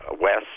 West